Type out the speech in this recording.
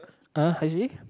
(uh huh) I see